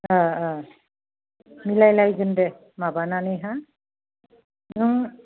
मिलायलायगोन देह माबानानैहा नों